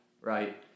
right